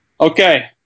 Okay